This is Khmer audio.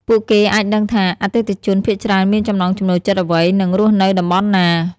ពួកគេអាចដឹងថា អតិថិជនភាគច្រើនមានចំណង់ចំណូលចិត្តអ្វី និងរស់នៅតំបន់ណា។